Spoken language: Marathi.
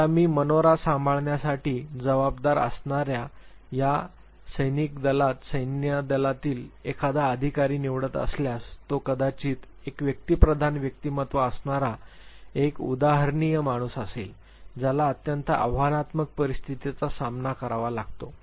आता मी मनोरा सांभाळण्यासाठी जबाबदार असणाऱ्या सैनिका दलात सैन्यदलातील एखादा अधिकारी निवडत असल्यास तो कदाचित एक व्यक्तिप्रधान व्यक्तिमत्त्व असणारा एक उदाहरणीय माणूस असेल ज्याला अत्यंत आव्हानात्मक परिस्थितीचा सामना करावा लागतो